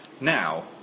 Now